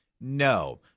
No